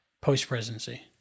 post-presidency